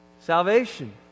Salvation